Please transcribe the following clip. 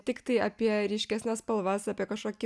tiktai apie ryškesnes spalvas apie kažkokį